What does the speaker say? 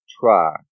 try